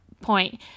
point